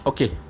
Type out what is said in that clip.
Okay